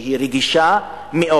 שהיא רגישה מאוד.